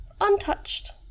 untouched